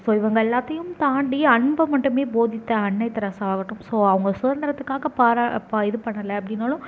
so இவங்க எல்லாத்தையும் தாண்டி அன்பை மட்டுமே போதித்த அன்னை தெரசா ஆவட்டும் ஸோ அவங்க சுதந்திரத்துக்காக பாரா இது பண்ணலை அப்படின்னாலும்